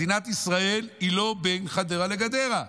מדינת ישראל היא לא בין חדרה לגדרה,